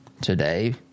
today